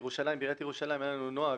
בעירית ירושלים היה לנו נוהג,